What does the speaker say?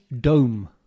dome